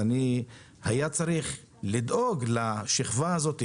היה צריך לדאוג לשכבה הזאת,